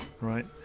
Right